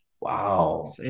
Wow